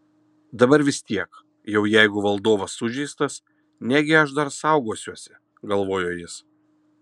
dabar vis tiek jau jeigu valdovas sužeistas negi aš dar saugosiuosi galvojo jis